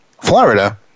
Florida